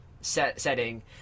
setting